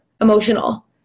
emotional